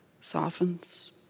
softens